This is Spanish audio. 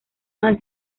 han